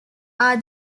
are